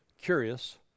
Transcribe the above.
curious